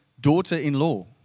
daughter-in-law